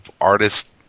artists